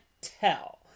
tell